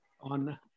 on